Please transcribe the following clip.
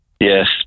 Yes